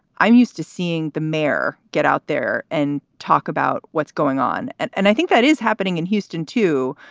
i'm used to seeing the mayor get out there and talk about what's going on. and and i think that is happening in houston, too.